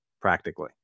practically